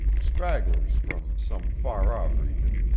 stragglers from some far-off region,